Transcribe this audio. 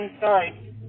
Sorry